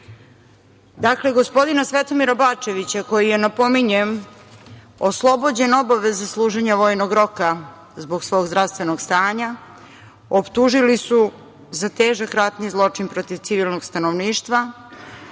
vaše. Dakle, gospodina Svetomira Bačevića koji je napominjem oslobođen obaveze služenja vojnog roka zbog svog zdravstvenog stanja, optužili su za težak ratni zločin protiv civilnog stanovništva